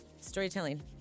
storytelling